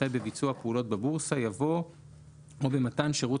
אחרי "בביצוע פעולות בבורסה" יבוא "או במתן שירות